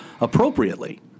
appropriately